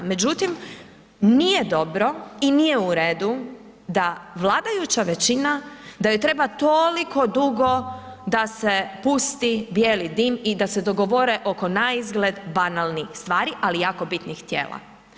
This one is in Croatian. Međutim, nije dobro i nije u redu da vladajuća većina da joj treba toliko dugo da se pusti bijeli dim i da se dogovore oko naizgled banalnih stvari ali jako bitnih tijela.